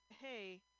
hey